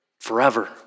forever